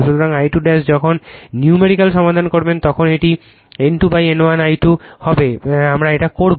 সুতরাং I2 যখন numerical সমাধান করবেন তখন এটি N2 N1 I2 হবে আমরা এটি করব